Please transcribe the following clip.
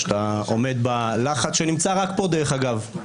היושב-ראש, שאתה עומד בלחץ שנמצא רק פה, דרך אגב.